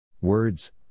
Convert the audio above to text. Words